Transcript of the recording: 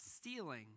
stealing